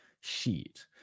Sheet